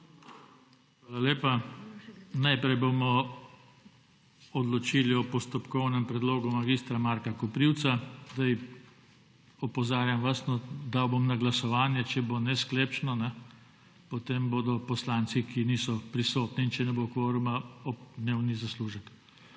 Hvala lepa. Najprej bomo odločili o postopkovnem predlogu mag. Marka Koprivca. Sedaj opozarjam vas dal bom na glasovanje. Če bo nesklepčno, potem bodo poslanci, ki niso prisotni in če ne bo kvoruma ob dnevni zaslužek.